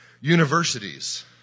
universities